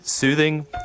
Soothing